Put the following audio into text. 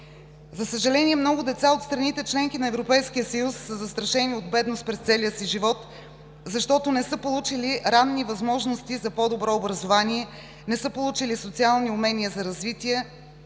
За съжаление много деца от страните – членки на Европейския съюз, са застрашени от бедност през целия си живот, защото не са получили ранни възможности за по-добро образование, не са получили социални умения за развитие,